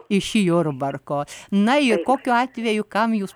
iš jurbarko na juk kokiu atveju kam jūs